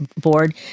board